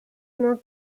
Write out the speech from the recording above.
more